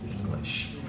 English